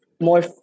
more